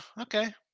Okay